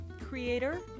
creator